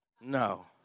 No